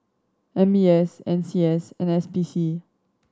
M B S N C S and S P C